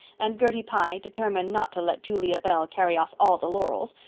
and gertie pye, determined not to let julia bell carry off all the laurels,